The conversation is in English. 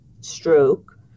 stroke